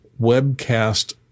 webcast